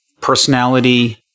personality